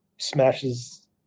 smashes